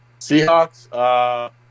Seahawks